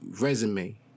resume